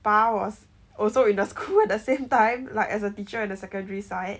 pa was also in the school at the same time like as a teacher at the secondary side